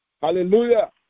Hallelujah